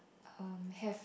um have